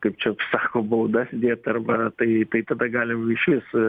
kaip čia sako baudas dėt arba tai tai tada gali išvis